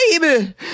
baby